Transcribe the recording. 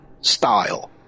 style